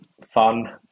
fun